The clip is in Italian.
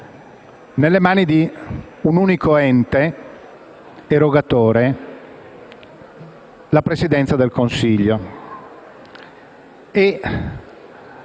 nelle mani di un unico ente erogatore: la Presidenza del Consiglio.